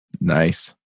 Nice